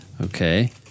Okay